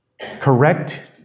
correct